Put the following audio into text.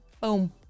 Boom